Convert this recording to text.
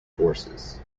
forces